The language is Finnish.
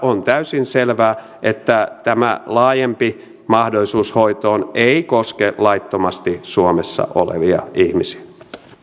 on täysin selvää että tämä laajempi mahdollisuus hoitoon ei koske laittomasti suomessa olevia ihmisiä